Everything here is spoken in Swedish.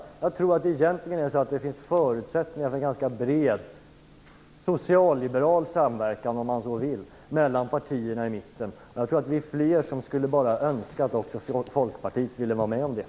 Jag tror att det egentligen finns förutsättningar för en ganska bred social-liberal samverkan, om man så vill, mellan partierna i mitten. Jag tror att vi är flera som skulle önska att också Folkpartiet ville vara med om det.